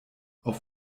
auf